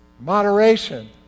moderation